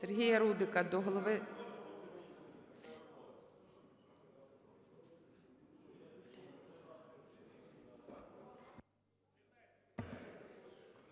Сергія Рудика до голови…